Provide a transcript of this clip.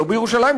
לא בירושלים,